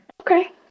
okay